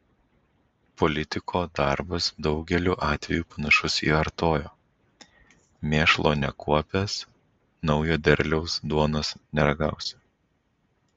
politiko darbas daugeliu atvejų panašus į artojo mėšlo nekuopęs naujo derliaus duonos neragausi